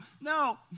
no